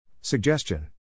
Suggestion